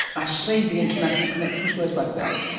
i see, the international connections work like that?